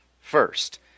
first